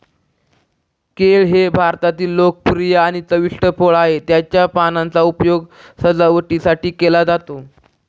केळ हे भारतातले लोकप्रिय आणि चविष्ट फळ आहे, त्याच्या पानांचा उपयोग सजावटीसाठी केला जातो